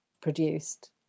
produced